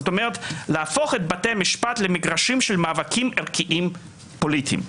זאת אומרת להפוך את בתי המשפט למגרשים של מאבקים ערכיים פוליטיים.